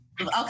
Okay